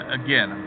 again